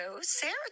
Sarah